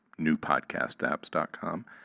newpodcastapps.com